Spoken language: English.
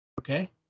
Okay